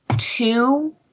Two